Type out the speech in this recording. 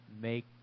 make